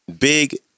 Big